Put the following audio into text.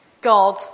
God